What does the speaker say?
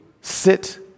Sit